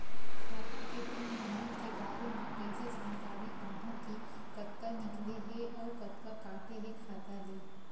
खाता के तीन महिना के बारे मा कइसे जानकारी पाहूं कि कतका निकले हे अउ कतका काटे हे खाता ले?